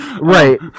Right